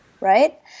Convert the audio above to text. right